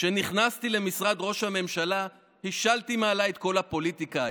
כשנכנסתי למשרד ראש הממשלה השלתי מעליי את כל הפוליטיקה,